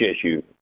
issue